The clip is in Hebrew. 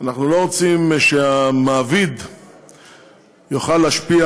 אנחנו לא רוצים שהמעביד יוכל להשפיע,